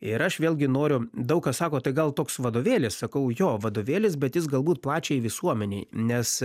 ir aš vėlgi noriu daug kas sako tai gal toks vadovėlis sakau jo vadovėlis bet jis galbūt plačiai visuomenei nes